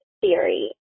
theory